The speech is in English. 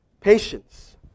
patience